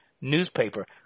newspaper